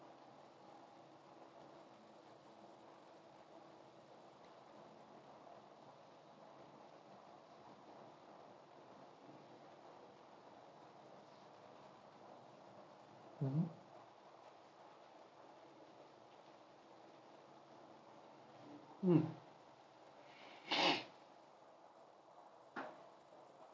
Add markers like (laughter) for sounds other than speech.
mmhmm mm (noise)